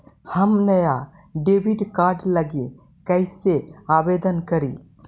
हम नया debit card लागी कईसे आवेदन करी?